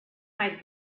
might